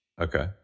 Okay